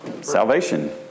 salvation